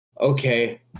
okay